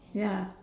ya